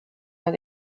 nad